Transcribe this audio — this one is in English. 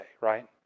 right